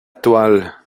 toile